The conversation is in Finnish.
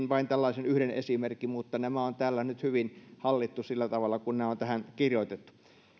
vain tällaisen yhden esimerkin mutta minusta nämä on täällä nyt hyvin hallittu sillä tavalla kuin nämä on tähän kirjoitettu